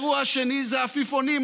האירוע השני זה עפיפונים.